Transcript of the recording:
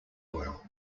oil